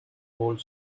hold